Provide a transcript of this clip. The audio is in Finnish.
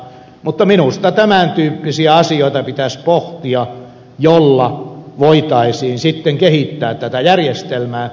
mutta minusta tämän tyyppisiä asioita pitäisi pohtia joilla voitaisiin kehittää tätä järjestelmää